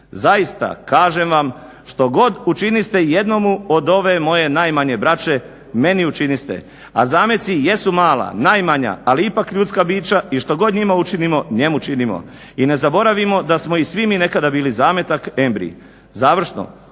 "Zaista kažem vam, što god učiniste jednomu od ove moje najmanje braće meni učiniste." A zameci jesu mala, najmanja, ali ipak ljudska bića i štogod njima učinimo njemu činimo. I ne zaboravimo da smo i svi mi nekada bili zametak, embrij. Završno,